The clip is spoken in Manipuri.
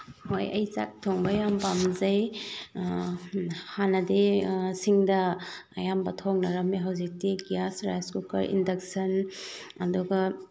ꯍꯣꯏ ꯑꯩ ꯆꯥꯛ ꯊꯣꯡꯕ ꯌꯥꯝ ꯄꯥꯝꯖꯩ ꯍꯥꯟꯅꯗꯤ ꯁꯤꯡꯗ ꯑꯌꯥꯝꯕ ꯊꯣꯡꯅꯔꯝꯃꯦ ꯍꯧꯖꯤꯛꯇꯤ ꯒ꯭ꯌꯥꯁ ꯔꯥꯏꯁ ꯀꯨꯀꯔ ꯏꯟꯗꯛꯁꯟ ꯑꯗꯨꯒ